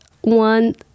one